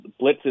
blitzes